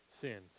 sins